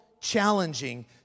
challenging